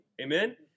Amen